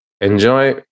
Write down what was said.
enjoy